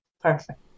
Perfect